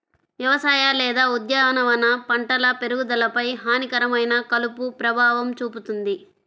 వ్యవసాయ లేదా ఉద్యానవన పంటల పెరుగుదలపై హానికరమైన కలుపు ప్రభావం చూపుతుంది